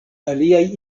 aliaj